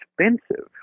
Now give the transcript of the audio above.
expensive